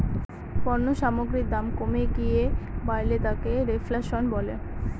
পণ্য সামগ্রীর দাম কমে গিয়ে বাড়লে তাকে রেফ্ল্যাশন বলে